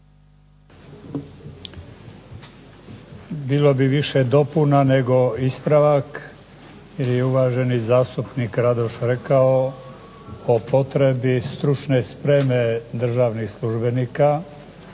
Bila bi više dopuna nego ispravak jer je uvaženi zastupnik Radoš rekao o potrebi stručne spreme državnih službenika.